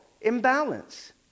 imbalance